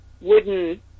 wooden